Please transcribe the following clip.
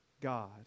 God